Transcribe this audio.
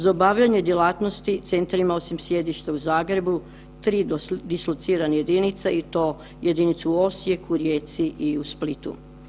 Za obavljanje djelatnosti centar ima osim sjedišta u Zagrebu 3 dislocirane jedinice i to jedinice u Osijeku, u Rijeci i u Splitu.